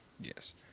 Yes